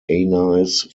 anise